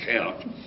count